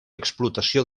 explotació